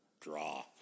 draw